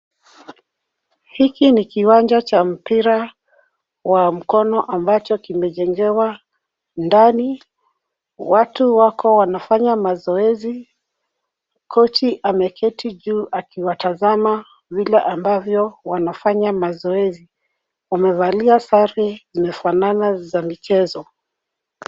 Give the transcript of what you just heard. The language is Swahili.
Hiki ni kiwanja cha mpira wa mkono ambacho kimejengewa ndani. Watu wako wanafanya mazoezi, kochi ameketi juu akiwatazama vile ambavyo wanafanya mazoezi. Wamevalia sare zimefanana za michezo.